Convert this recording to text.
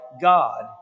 God